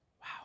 Wow